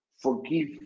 forgive